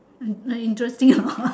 hmm interesting hor